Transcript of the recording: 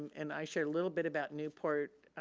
and i shared a little bit about newport,